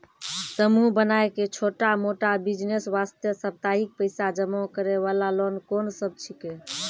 समूह बनाय के छोटा मोटा बिज़नेस वास्ते साप्ताहिक पैसा जमा करे वाला लोन कोंन सब छीके?